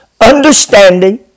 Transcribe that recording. Understanding